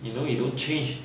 you know you don't change